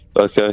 Okay